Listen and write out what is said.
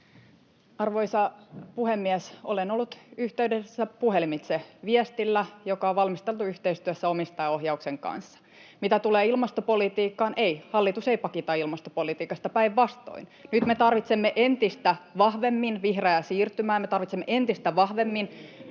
Arvoisa puhemies! Olen ollut yhteydessä puhelimitse, viestillä, joka on valmisteltu yhteistyössä omistajaohjauksen kanssa. Mitä tulee ilmastopolitiikkaan, niin ei, hallitus ei pakita ilmastopolitiikasta, päinvastoin. [Perussuomalaisten ryhmästä: Salmisaari, Hanasaari!] Nyt me tarvitsemme entistä vahvemmin